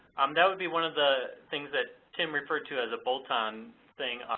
um that would be one of the things that tim referred to as a bolt-on thing,